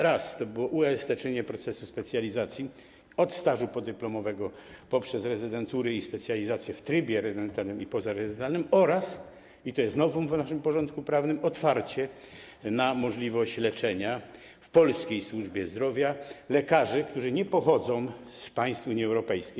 Raz, to było uelastycznienie procesu specjalizacji, od stażu podyplomowego poprzez rezydentury i specjalizacje w trybie rezydentalnym i pozarezydentalnym, oraz - i to jest novum w naszym porządku prawnym - otwarcie na możliwość leczenia w polskiej służbie zdrowia lekarzy, którzy nie pochodzą z państw Unii Europejskiej.